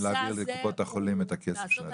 להעביר לקופות החולים את הכסף של הזקנים.